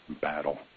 battle